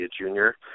junior